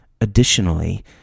Additionally